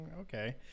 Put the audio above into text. okay